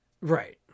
Right